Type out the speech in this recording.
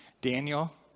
Daniel